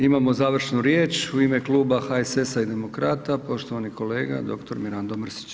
Imamo završnu riječ, u ime Kluba HSS i Demokrata poštovani kolega doktor Mirando Mrsić.